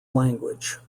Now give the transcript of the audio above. language